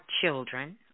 children